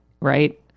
Right